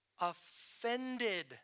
Offended